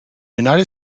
united